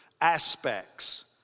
aspects